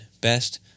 Best